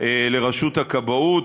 לרשות הכבאות,